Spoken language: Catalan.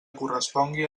correspongui